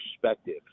perspective